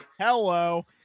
Hello